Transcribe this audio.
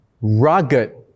Rugged